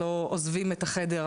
ההורים שלה לא עוזבים את החדר,